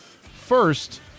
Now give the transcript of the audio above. First